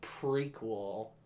prequel